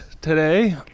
today